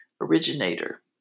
originator